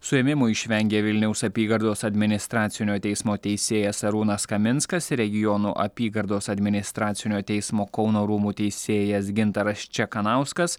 suėmimo išvengė vilniaus apygardos administracinio teismo teisėjas arūnas kaminskas regionų apygardos administracinio teismo kauno rūmų teisėjas gintaras čekanauskas